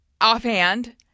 offhand